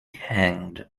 hanged